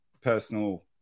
personal